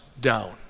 down